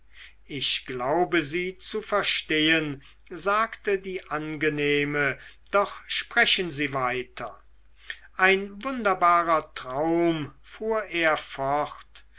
ich glaube sie zu verstehen sagte die angenehme doch sprechen sie weiter ein wunderbarer traum fuhr